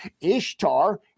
Ishtar